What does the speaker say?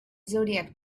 zodiac